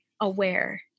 aware